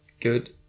good